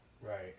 right